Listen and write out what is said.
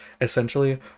essentially